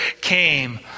came